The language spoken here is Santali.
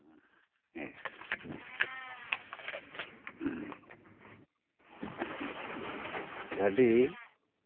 ᱦᱮᱸ ᱜᱟᱹᱰᱤ